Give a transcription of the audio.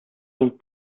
von